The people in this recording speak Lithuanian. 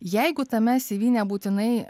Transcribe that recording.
jeigu tame cv nebūtinai